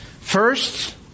First